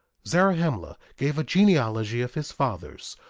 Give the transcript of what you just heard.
zarahemla gave a genealogy of his fathers,